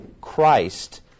Christ